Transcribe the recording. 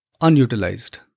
unutilized